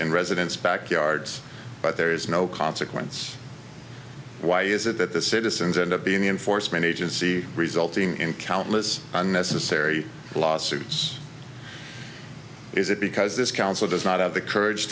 in residence backyards but there is no consequence why is it that the citizens end up being the enforcement agency resulting in countless unnecessary lawsuits is it because this council does not have the courage